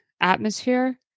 atmosphere